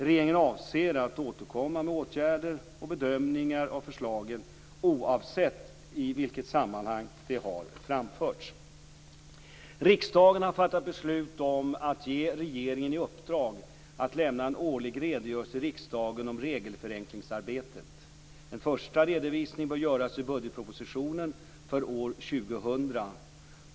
Regeringen avser att återkomma med åtgärder och bedömningar av förslagen, oavsett i vilket sammanhang de har framförts. Riksdagen har fattat beslut om att ge regeringen i uppdrag att lämna en årlig redogörelse till riksdagen om regelförenklingsarbetet. En första redovisning bör göras i budgetpropositionen för år 2000.